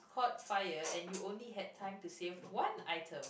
caught fire and you only had time to save one item